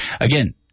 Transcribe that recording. Again